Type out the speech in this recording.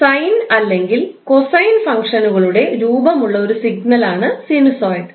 sign അല്ലെങ്കിൽ cosine ഫംഗ്ഷനുകനുകളുടെ രൂപം ഉള്ള ഒരു സിഗ്നലാണ് സിനുസോയ്ഡ്